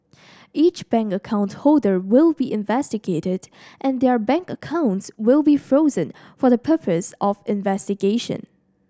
each bank account holder will be investigated and their bank accounts will be frozen for the purpose of investigation